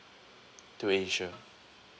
to insure